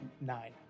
nine